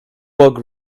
bug